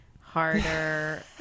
harder